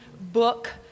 Book